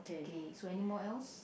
K so anymore else